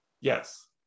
Yes